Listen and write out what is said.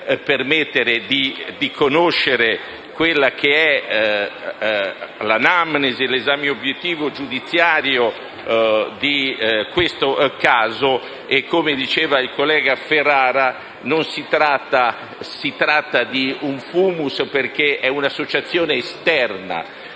le carte e di conoscere l'anamnesi e l'esame obiettivo giudiziario di questo caso. Come diceva il collega Ferrara, si tratta di un *fumus*, perché è un'associazione esterna